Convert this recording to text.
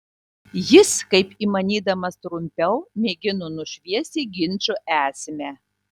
jis kaip įmanydamas trumpiau mėgino nušviesti ginčo esmę